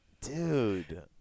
Dude